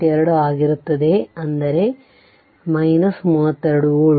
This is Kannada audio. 2 ಆಗಿರುತ್ತದೆ ಅಂದರೆ 32 ವೋಲ್ಟ್